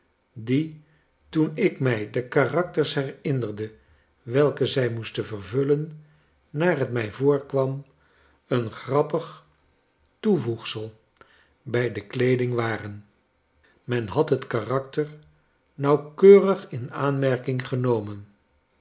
die toen ik mij de karakters herinnerde welke zij moesten vervullen naar het mij voorkwam een grappig toevoegsel bij de kleeding waren men had het karakter nauwkeurig in aanmerking genomen